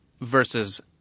versus